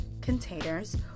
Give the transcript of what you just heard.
containers